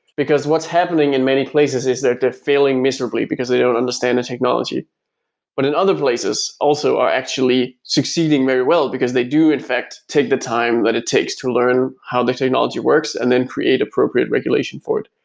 because what's happening in many places is that they're failing miserably, because they don't understand the technology but in other places also are actually succeeding very well, because they do in fact take the time that it takes to learn how the technology works and then create appropriate regulation for it.